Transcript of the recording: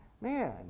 man